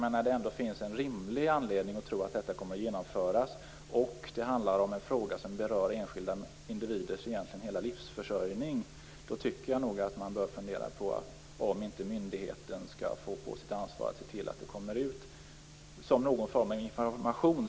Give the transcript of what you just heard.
Men när det ändå finns en rimlig anledning att tro att något kommer att genomföras och det handlar om en fråga som berör enskilda individers hela livsförsörjning, tycker jag att man borde fundera på om inte myndigheten skall få på sitt ansvar att se till att det kommer ut något slags information.